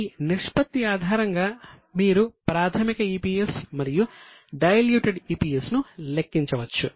కాబట్టి ఈ నిష్పత్తి ను లెక్కించవచ్చు